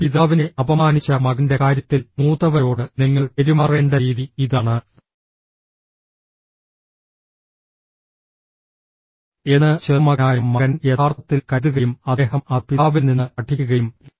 പിതാവിനെ അപമാനിച്ച മകന്റെ കാര്യത്തിൽ മൂത്തവരോട് നിങ്ങൾ പെരുമാറേണ്ട രീതി ഇതാണ് എന്ന് ചെറുമകനായ മകൻ യഥാർത്ഥത്തിൽ കരുതുകയും അദ്ദേഹം അത് പിതാവിൽ നിന്ന് പഠിക്കുകയും ചെയ്തു